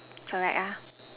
correct